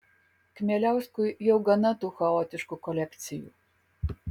kmieliauskui jau gana tų chaotiškų kolekcijų